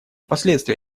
последствия